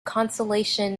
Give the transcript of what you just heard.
consolation